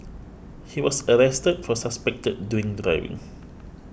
he was arrested for suspected drink driving